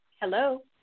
Hello